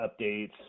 updates